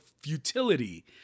futility